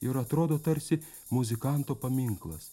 ir atrodo tarsi muzikanto paminklas